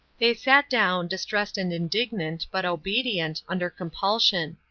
they sat down, distressed and indignant, but obedient, under compulsion.